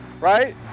Right